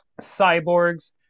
cyborgs